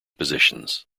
positions